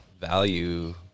value